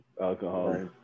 alcohol